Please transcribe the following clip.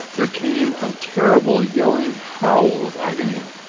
there came a terrible yelling howl of agony,